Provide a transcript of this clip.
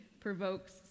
provokes